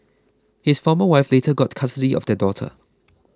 his former wife later got custody of their daughter